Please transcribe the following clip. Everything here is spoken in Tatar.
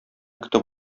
көтеп